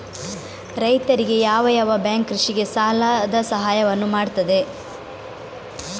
ರೈತರಿಗೆ ಯಾವ ಯಾವ ಬ್ಯಾಂಕ್ ಕೃಷಿಗೆ ಸಾಲದ ಸಹಾಯವನ್ನು ಮಾಡ್ತದೆ?